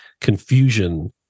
confusion